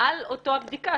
על אותה הבדיקה.